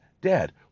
Dad